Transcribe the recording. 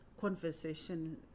conversation